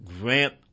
grant